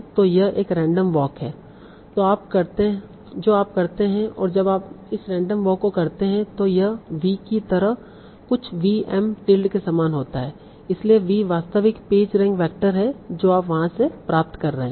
तो यह एक रैंडम वॉक है जो आप करते हैं और जब आप इस रैंडम वॉक को करते हैं तो यह v की तरह कुछ v M टिल्ड के समान होता है इसलिए v वास्तविक पेज रैंक वेक्टर है जो आप वहां से प्राप्त कर रहे हैं